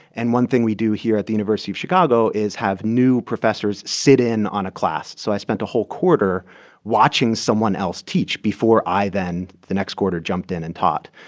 and one thing we do here at the university of chicago is have new professors sit in on a class. so i spent a whole quarter watching someone else teach before i then, the next quarter, jumped in and taught.